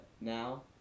now